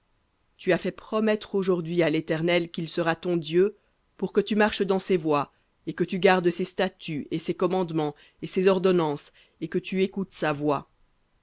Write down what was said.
tu as fait promettre aujourd'hui à l'éternel qu'il sera ton dieu pour que tu marches dans ses voies et que tu gardes ses statuts et ses commandements et ses ordonnances et que tu écoutes sa voix